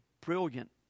brilliant